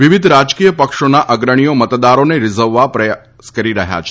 વિવિધ રાજકીય પક્ષોના અગ્રણીઓ મતદારોને રીઝવવા સધન પ્રયાસો કરી રહયાં છે